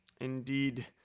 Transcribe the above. Indeed